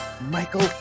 Michael